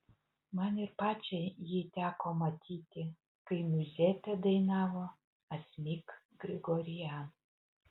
man ir pačiai jį teko matyti kai miuzetę dainavo asmik grigorian